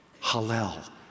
Hallel